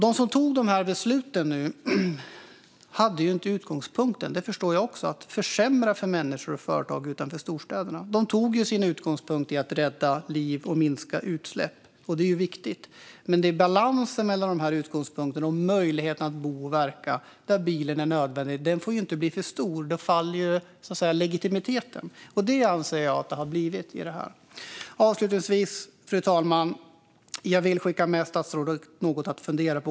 De som tog dessa beslut hade inte utgångspunkten, det förstår jag också, att försämra för människor och företag utanför storstäderna. De tog sin utgångspunkt i att rädda liv och minska utsläpp. Det är viktigt. Men det är balansen mellan dessa saker och möjligheten att bo och verka där bilen är nödvändig som inte får bli för stor. Då faller så att säga legitimiteten. Så anser jag att det har blivit i fråga om detta. Fru talman! Avslutningsvis vill jag skicka med statsrådet något att fundera på.